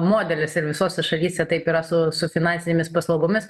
modelis ir visose šalyse taip yra su su finansinėmis paslaugomis